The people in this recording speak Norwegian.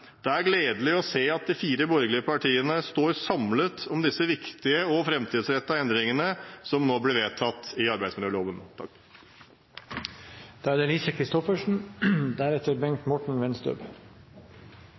Det er gledelig å se at de fire borgerlige partiene står samlet om disse viktige og framtidsrettede endringene som nå vedtas i arbeidsmiljøloven. I denne saken er det